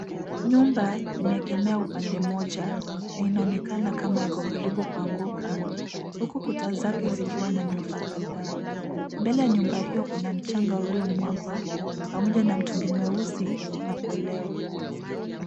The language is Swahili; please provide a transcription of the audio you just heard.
Nyumba imeegemea upande mmoja na inaonekana kama iko karibu kuanguka, huku kuta zake zikiwa na nyufa kadhaa. Mbele ya nyumba hiyo kuna mchanga uliomwagwa pamoja na mtungi mweusi na koleo.